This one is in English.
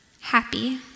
happy